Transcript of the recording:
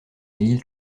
milliers